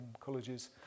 colleges